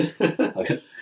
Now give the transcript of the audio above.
Okay